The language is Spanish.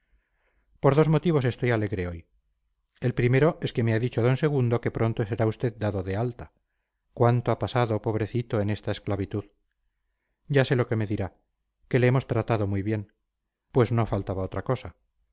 por dos motivos estoy alegre hoy el primero es que me ha dicho d segundo que pronto será usted dado de alta cuánto ha pasado pobrecito en esta esclavitud ya sé lo que me dirá que le hemos tratado muy bien pues no faltaba otra cosa